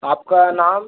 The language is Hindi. आपका नाम